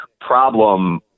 problem